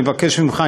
אני מבקש ממך,